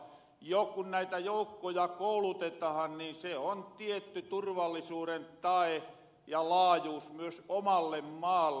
jo kun näitä joukkoja koulutetahan niin se on tietty turvallisuuren tae ja laajuus myös omalle maalle